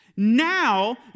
Now